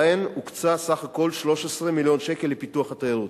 שלהם הוקצו 13 מיליון שקלים לפיתוח התיירות.